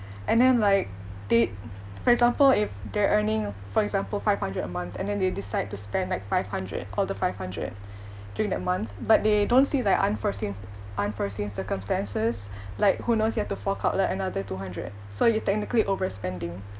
and then like they for example if they're earning for example five hundred a month and then they decide to spend like five hundred all the five hundred during that month but they don't see like unforeseen unforeseen circumstances like who knows you have to fork out like another two hundred so you technically overspending